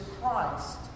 Christ